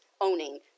owning